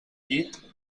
llit